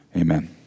amen